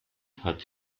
hat